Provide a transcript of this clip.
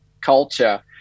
culture